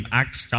acts